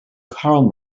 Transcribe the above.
carl